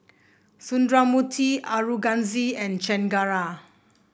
Sundramoorthy Aurangzeb and Chengara